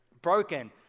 broken